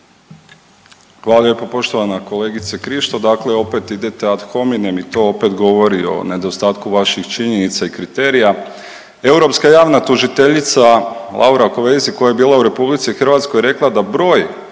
Hvala lijepo poštovana kolegice Krišto. Dakle, opet idete ad hominem i to opet govori o nedostatku vaših činjenica i kriterija. Europska javna Laura Kovesi koja je bila u RH rekla da broj